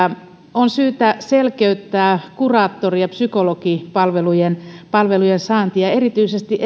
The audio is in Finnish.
on syytä selkeyttää kuraattori ja psykologipalvelujen saantia ja erityisesti